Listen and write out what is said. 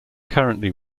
currently